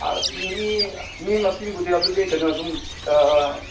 ꯃꯤ ꯃꯤ ꯃꯁꯤꯡꯕꯨꯗꯤ ꯑꯗꯨꯗꯤ ꯀꯩꯅꯣ ꯑꯗꯨꯝ